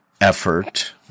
effort